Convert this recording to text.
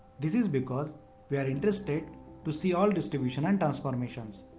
this is because we are interested to see all distributions and transformations.